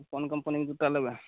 कोन कंपनीके जूता लेबै